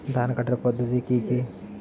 ধান কাটার পদ্ধতি কি কি?